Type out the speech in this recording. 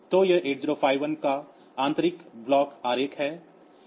तो यह 8051 का आंतरिक ब्लॉक आरेख है